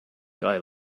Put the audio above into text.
guy